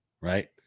Right